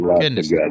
goodness